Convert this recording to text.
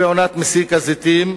בעונת מסיק הזיתים,